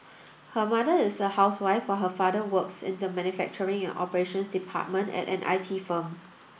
her mother is a housewife while her father works in the manufacturing and operations department at an I T firm